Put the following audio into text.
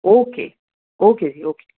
okay okay okay